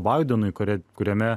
baidenui kuri kuriame